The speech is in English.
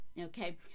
okay